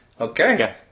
Okay